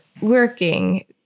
working